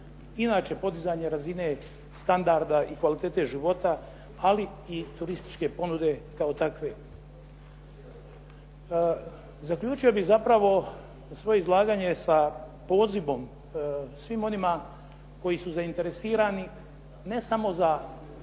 inače podizanje razine standarda i kvalitete života, ali i turističke ponude kao takve. Zaključio bih zapravo svoje izlaganje sa pozivom svim onima koji su zainteresirani, ne samo za